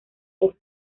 dos